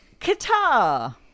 Qatar